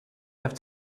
have